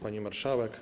Pani Marszałek!